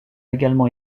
également